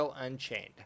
Unchained